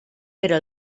però